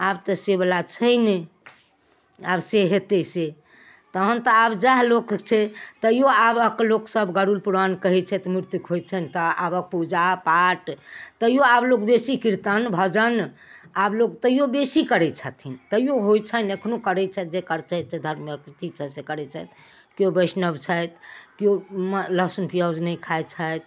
आब तऽ से बला छै नहि आब से हेतै से तहन तऽ आब जायह लोक छै तइयो आबक लोक सभ गरुड़पुराण कहै छथि मृत्यु होइ छनि तऽ आब पूजा पाठ तइयो आब लोग बेसी कीर्तन भजन आब लोग तइयो बेसी करै छथिन तइयो होइ छनि एखनो करै छथि जे करै छै से धर्मक कृति सँ से करै छथि केओ बैष्णव छथि केओ लहसुन पियाउज नहि खाइ छथि